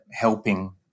helping